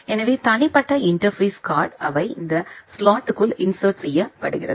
எனவே தனிப்பட்ட interface card அவை இந்த ஸ்லொட்க்குள் இன்சர்ட் செய்யப்படுகின்றது